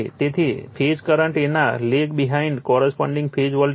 તેથી phase current તેમના leg behind corresponding phase voltage છે